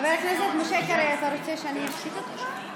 חבר הכנסת שלמה קרעי, אתה רוצה שאני אשתיק אותך?